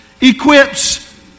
Equips